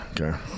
okay